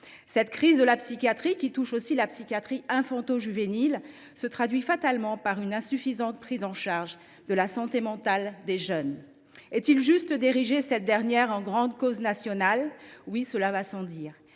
Cette crise de la psychiatrie, qui touche aussi la psychiatrie infanto juvénile, se traduit fatalement par une insuffisante prise en charge de la santé mentale des jeunes. Est il juste d’ériger cette dernière en grande cause nationale ? Oui, cela va sans dire.